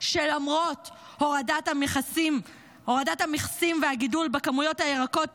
שלמרות הורדת המכסים והגידול בכמויות הירקות